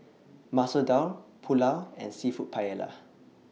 Masoor Dal Pulao and Seafood Paella